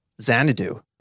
Xanadu